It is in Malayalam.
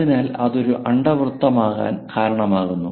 അതിനാൽ അതൊരു അണ്ഡവൃത്തമാകാൻ കാരണമാകുന്നു